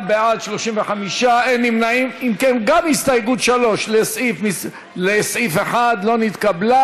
קבוצת סיעת הרשימה המשותפת וקבוצת סיעת מרצ לסעיף 1 לא נתקבלה.